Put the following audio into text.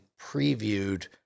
previewed